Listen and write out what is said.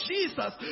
Jesus